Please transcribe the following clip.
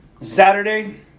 Saturday